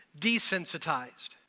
desensitized